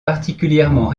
particulièrement